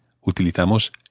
utilizamos